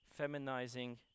Feminizing